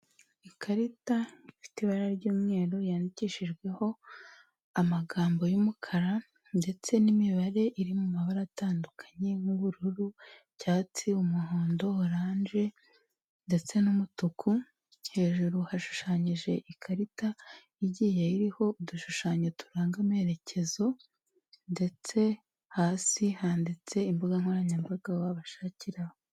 Ikarita ifite ibara ry'umweru yandikishijweho amagambo y'umukara, ndetse n'imibare iri mu mabara atandukanye nk'ubururu, icyatsi, umuhondo, oranje, ndetse n'umutuku, hejuru hashushanyije ikarita igiye iriho udushushanyo turanga amerekezo, ndetse hasi handitse imbuga nkoranyambaga babashakiraho.